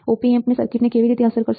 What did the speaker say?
આ op amp સર્કિટને કેવી રીતે અસર કરશે